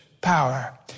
power